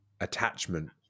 attachment